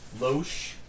Loesch